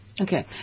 Okay